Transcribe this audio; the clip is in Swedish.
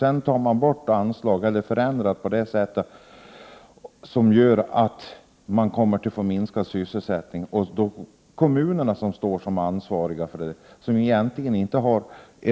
Men sedan ändras anslagen på ett sådant sätt att sysselsättningen påverkas negativt. Då blir det kommunerna som är ansvariga. Men dessa bär ju